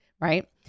right